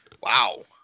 Wow